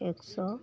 एक सओ